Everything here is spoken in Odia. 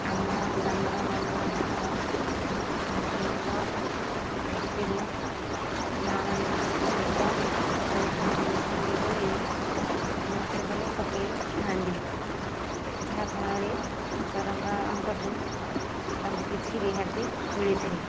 ଆମ ଗ୍ରାମର ମଳିପଡ଼ା ଗ୍ରାମର ସ୍ୱୟଂସହାୟକ ଗୋଷ୍ଠୀରୁ ମା' ମାନେ ହସ୍ତଶିଳ୍ପ କରିଥିବା ଜିନିଷ ଗୁଡ଼ିକ ନେଇ ମହୋତ୍ସବରେ ପକାଇଥା'ନ୍ତି ଯାହା ଫଳରେ ସରକାରଙ୍କଠାରୁ ତାଙ୍କୁ କିଛି ରିହାତି ମିଳିଥାଏ